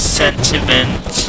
sentiment